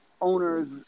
owners